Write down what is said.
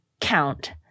count